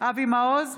אבי מעוז,